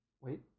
wait